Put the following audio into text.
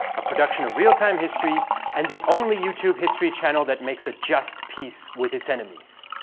a production of real time history and the only youtube history channel that makes a just peace with its enemies.